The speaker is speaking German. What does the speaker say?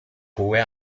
hohe